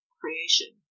creation